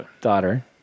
daughter